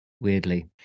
weirdly